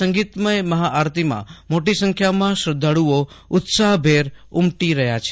સંગીતમથ મહાઆરતીમાં મોટી સંખ્યામાં શ્રદ્વાળુઓ ઉત્સાહભેર ઉમટી રહ્યા છે